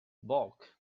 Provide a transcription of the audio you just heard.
bulk